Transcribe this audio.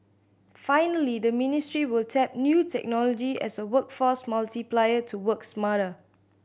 finally the ministry will tap new technology as a workforce multiplier to work smarter